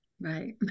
Right